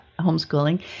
homeschooling